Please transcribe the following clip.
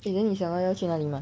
eh then 你想到要去哪里 mah